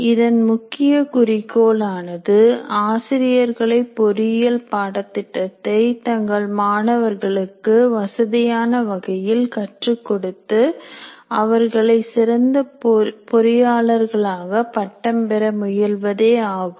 இதன் முக்கிய குறிக்கோள் ஆனது ஆசிரியர்களை பொறியியல் பாடத்திட்டத்தை தங்கள் மாணவர்களுக்கு வசதியான வகையில் கற்றுக் கொடுத்து அவர்களை சிறந்த பொறியாளர்களாக பட்டம் பெற முயல்வதே ஆகும்